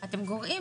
אתם גורעים